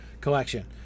collection